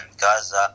Gaza